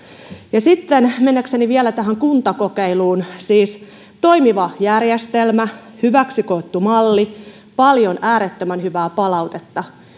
ja sitten mennäkseni vielä tähän kuntakokeiluun siis toimiva järjestelmä hyväksi koettu malli paljon äärettömän hyvää palautetta